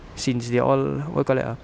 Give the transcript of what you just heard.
since they're all what you call that ah